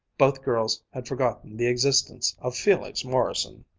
both girls had forgotten the existence of felix morrison.